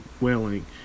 wailing